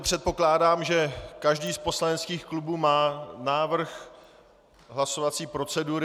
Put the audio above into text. Předpokládám, že každý z poslaneckých klubů má návrh hlasovací procedury.